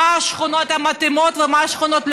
מה השכונות המתאימות ומה השכונות הלא-מתאימות.